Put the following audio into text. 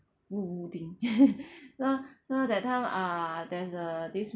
so so that time uh there's the this